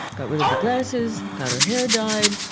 got rid of the glasses, got her hair dyed,